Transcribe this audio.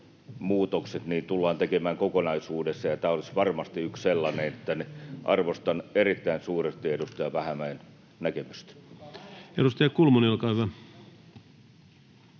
markkinamuutokset tullaan tekemään kokonaisuudessa, ja tämä olisi varmasti yksi sellainen. Arvostan erittäin suuresti edustaja Vähämäen näkemystä. [Speech 301] Speaker: